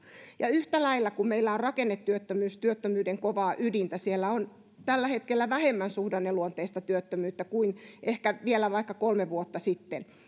yhtä lailla kun meillä on rakennetyöttömyys työttömyyden kovaa ydintä siellä on tällä hetkellä vähemmän suhdanneluonteista työttömyyttä kuin vielä vaikka kolme vuotta sitten